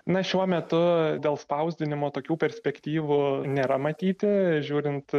na šiuo metu dėl spausdinimo tokių perspektyvų nėra matyti žiūrint